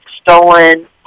stolen